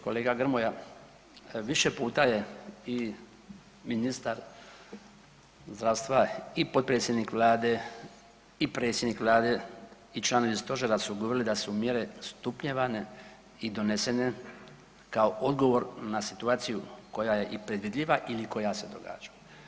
Kolega Grmoja više puta je i ministar zdravstva i potpredsjednik Vlade i predsjednik Vlade i članovi stožera su govorili da su mjere stupnjevane i donesene kao odgovor na situaciju koja je i predvidiva ili koja se događa.